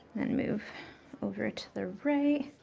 then move over to the right.